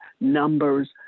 numbers